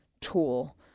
tool